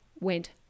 went